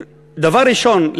דבר ראשון,